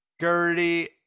Gertie